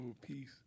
peace